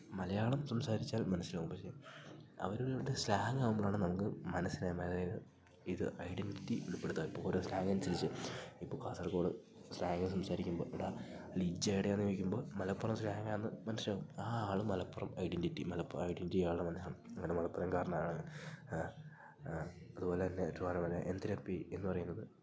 മലയാളം സംസാരിച്ചാൽ മനസ്സിലാവും പക്ഷെ അവരവരുടെ സ്ലാങ്ങാവുമ്പോഴാണ് നമുക്ക് അതായത് ഇത് ഐഡന്റിറ്റി ഉള്പ്പെടുത്താന് ഇപ്പോള് ഓരോ സ്ലാങ്ങനുസരിച്ച് ഇപ്പോള് കാസർഗോഡ് സ്ലാങ്ങ് സംസാരിക്കുമ്പോള് എടാ ലിജ്ജെവിടാന്ന് ചോദിക്കുമ്പോള് മലപ്പുറം സ്ലാങ്ങാണെന്നു മനസ്സിലാവും ആ ആള് മലപ്പുറം ഐഡന്റിറ്റി ആണെന്നു മനസ്സിലാവും അങ്ങനെ മലപ്പുറംകാരനാണ് അതുപോലെ തന്നെ ട്രിവാന്ഡ്രമാണെങ്കില് എന്തരപ്പി എന്നു പറയുന്നത്